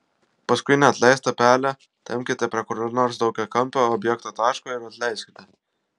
paskui neatleistą pelę tempkite prie kurio nors daugiakampio objekto taško ir atleiskite